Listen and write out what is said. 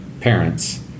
parents